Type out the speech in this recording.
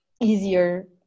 easier